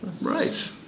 right